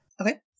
Okay